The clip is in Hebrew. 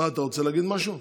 אה, אתה רוצה להגיד משהו?